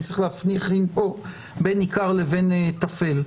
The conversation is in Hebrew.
אני צריך להפריד פה בין עיקר לבין טפל.